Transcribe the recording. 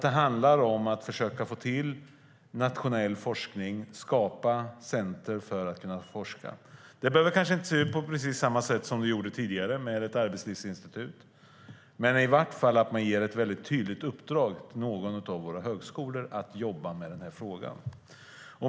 Det handlar om att försöka få till nationell forskning och att skapa ett centrum för att man ska kunna forska. Det behöver kanske inte se ut på precis samma sätt som det gjorde tidigare med ett arbetslivsinstitut. Men man ska i varje fall ge ett tydligt uppdrag till någon av våra högskolor att jobba med den här frågan.